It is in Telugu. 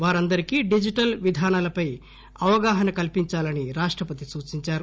వారందరికీ డిజిటల్ విధానాలపై అవగాహన కల్పించాలని రాష్టపతి సూచించారు